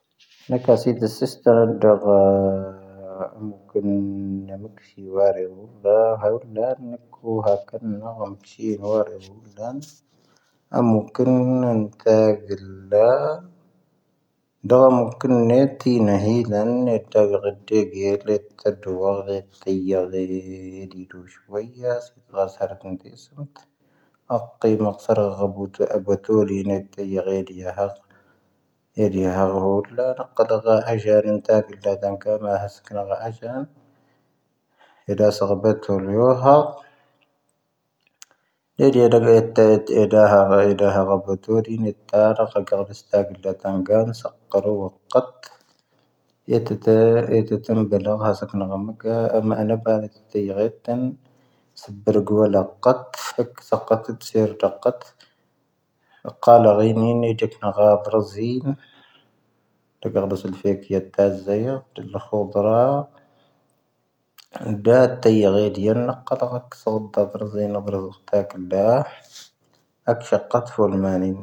ⵏⴰⴽⴰ ⵙⴻⴻ ⵜⵀⴻ ⵙⵉⵙⵜⴻⵔ ⴰⴷⴰⴳ. ⴰⵎⵓⴽⵉⵏ ⵏⴰⵎⴰⵇⵙⵀⵉ ⵡⴰⵔⵉ ⵡⵓⵍⴰ. ⵀⴰⵡⵍⴰ ⵏⴰⴽⵓⵀⴰ ⴽⴰⵏⵏⴰ. ⴰⵎⴽⵙⵀⵉ ⵡⴰⵔⵉ ⵡⵓⵍⴰ. ⴰⵎⵓⴽⵉⵏ ⵏⴰⵜⴰⴰⴳ ⵍⴰⵍⴰ. ⴷⴰ ⴰⵎⵓⴽⵉⵏ ⵏⴰⵜⵉ ⵏⴰⵀⵉ ⵍⴰⵏⴰ. ⵏⴰⵜⴰⴰⴳ ⴰⴷⴰⴳ ⵢⴰⴷ ⵢⴰⴷ ⵢⴰⴷ ⵜⴰⴷⵡⴰⴳⴰ. ⵜⵉⵢⴰⴷ ⵢⴰⴷ ⵢⴰⴷ ⴷⵀⵓⵙⵀⵡⴰⵢⴰⵙ. ⴳⵀⴰⴰⵙ ⵀⴰⵔⴰⴽ ⵏⵜⵉⵙⵡⴰⴷ. ⴰⵇⵇⵉ ⵎⴰⵇⵙⴰⵔ ⴰⴳⴳⴰⴱⵓⵜⵓ ⴰⴳⴳⴰⴱⵓⵜⵓⵍⵉⵏⴰ. ⵜⵉⵢⴰⴷ ⵢⴰⴷ ⵢⴰⴷ ⵢⴰⴷ ⴰⴳⴳ. ⵢⴰⴷ ⵢⴰⴷ ⵀⴻⵔⵀⴰⵔⵓⵍ ⵍⴰ. ⵍ ⵏⴰvⵉⴳⵇⵉⵏ ⵏⵜⵉⴽⴰ. ⴻⵎⴰⴽ ⵙⵉ ⵉⵔⵎⴰ. ⵎⴳⵢⴻ ⵎⴳⴰ ⵎⴳⴰ ⴰⵏⴰⴱⴰ ⵍⵉ ⵜⵉⵢⴳⵢⴻ ⵜⵜⵏ. ⵙⴱⵔⵉ ⴳⵡⴰ ⵍⴰⵇⴰⵜ. ⵀⵉⴽ ⵙⵇⴰ ⵜⵜⵏ ⵙⵉⵔ ⵜⴰⵇⴰⵜ. ⵇⴰⵍⴰⴳⵉⵏ, ⵉⵏ ⵏⵉⴷⵊⴻⴽⵏⴰ ⴳⵀⴰ ⴱⵔⴰⵣⵉⵏ. ⵜⵜoⴽ ⴱⴰⴳⵓⵙⵍ ⴼⵉⴽⵢⴰ ⵜⵜⴰⵣⵣⴻ. ⵍⴰcⵀoⴷⵔⴰ. ⴷⵀⴰ ⵜⵉⵢⴳⵢⴻ ⵜⵜⵉⵍⵏⴰ ⵇⴰⵜⴰ. ⵀⵉⴽ ⵙⵇⴰ ⵜⵜⴰ ⴱⵔⴰⵣⵉⵏ. ⵍⴰcⵀoⴷⴰ ⵜⵜⴰⵇⴰ ⵍⴰcⵀoⴷⵔⴰ. ⵀⵉⴽ ⵙⵀⵇⴰ ⵜⴼⵓⵍ ⵎⴰⵏⵉⵏ.